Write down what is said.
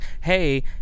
hey